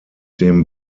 dem